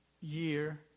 year